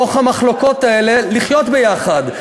לחיות ביחד,